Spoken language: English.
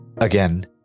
Again